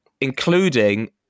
including